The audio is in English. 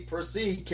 Proceed